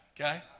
okay